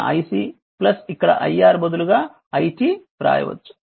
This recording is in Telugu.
కాబట్టి మన iC ఇక్కడ iR బదులుగా it వ్రాయవచ్చు